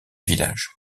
village